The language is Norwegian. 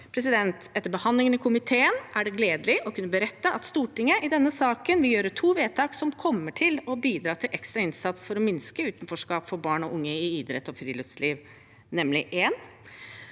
deltakelsen. Etter behandlingen i komiteen er det gledelig å kunne berette at Stortinget i denne saken vil gjøre to vedtak som kommer til å bidra til ekstra innsats for å minske utenforskap for barn og unge i idrett og friluftsliv. Det